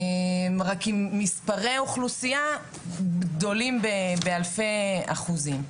רק עם מספרי אוכלוסייה גדולים באלפי אחוזים,